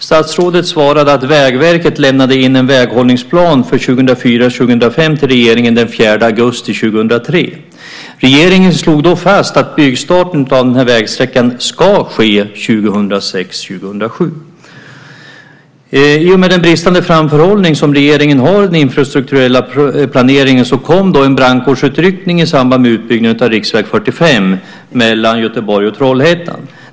Statsrådet svarade att Vägverket lämnade in en väghållningsplan för 2004-2005 till regeringen den 4 augusti 2003. Regeringen slog då fast att byggstarten av vägsträckan ska ske 2006-2007. I och med den bristande framförhållning som regeringen har i den infrastrukturella planeringen kom en brandkårsutryckning i samband med utbyggnaden av riksväg 45 mellan Göteborg och Trollhättan.